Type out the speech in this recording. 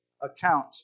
account